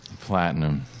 Platinum